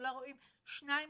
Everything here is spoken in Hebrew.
אולי רואים שניים,